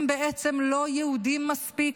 הם בעצם לא יהודים מספיק?